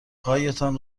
هایتان